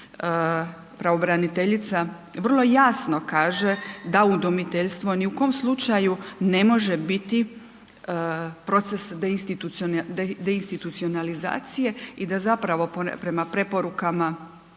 pravobraniteljica vrlo jasno kaže da udomiteljstvo ni u kom slučaju ne može biti proces deinstitucionalizacije i da zapravo prema preporukama